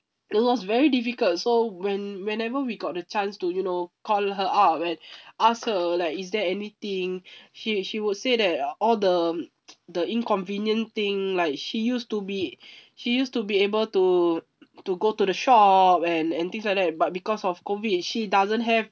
it was very difficult so when whenever we got the chance to you know call her up and ask her like is there anything she she would say that all the the inconvenient thing like she used to be she used to be able to to go to the shop and and things like that but because of COVID she doesn't have